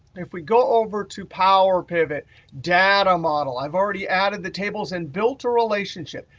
if we go over to powerpivot data model, i've already added the tables and built a relationship.